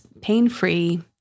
pain-free